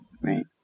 Right